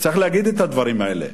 וצריך להגיד את הדברים האלה.